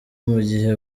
mugihe